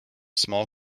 small